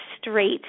straight